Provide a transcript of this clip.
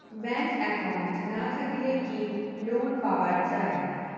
Bank account না থাকিলে কি লোন পাওয়া য়ায়?